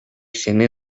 сени